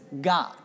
God